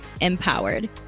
empowered